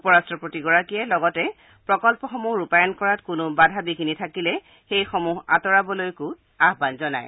উপৰট্টপতিগৰাকীয়ে লগতে প্ৰকল্পসমূহ ৰূপায়ণ কৰাত কোনো বাধা বিঘিনি থাকিলে সেইবোৰ অঁতৰাবলৈকো আয়ান জনায়